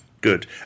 Good